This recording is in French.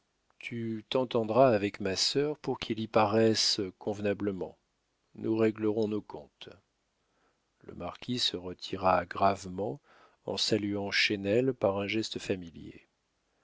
tu t'entendras avec ma sœur pour qu'il y paraisse convenablement nous réglerons nos comptes le marquis se retira gravement en saluant chesnel par un geste familier